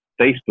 Facebook